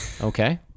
Okay